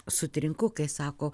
sutrinku kai sako